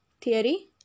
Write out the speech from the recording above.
theory